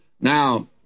Now